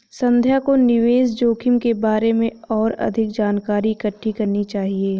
संध्या को निवेश जोखिम के बारे में और अधिक जानकारी इकट्ठी करनी चाहिए